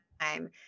time